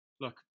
look